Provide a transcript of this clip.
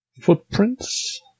footprints